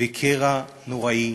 וקרע נוראי